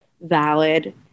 valid